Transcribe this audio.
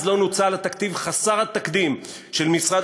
אז לא נוצל התקציב חסר התקדים של משרד